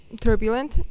Turbulent